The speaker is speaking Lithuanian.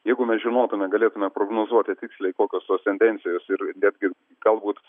jeigu mes žinotume galėtume prognozuoti tiksliai kokios tos tendencijos ir ir netgi galbūt